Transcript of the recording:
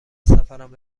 سفرم